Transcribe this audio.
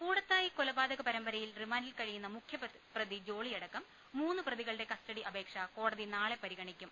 കൂടത്തായി കൊലപാതകപരമ്പരയിൽ റിമാൻഡിൽ കഴിയുന്ന മുഖ്യ പ്രതി ജോളിയടക്കം മൂന്നു പ്രതികളുടെ കസ്റ്റഡി അപേക്ഷ കോടതി നാളെ പരിഗണിക്കും